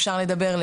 אפשר לדבר,